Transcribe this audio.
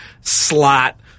slot